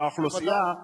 האוכלוסייה,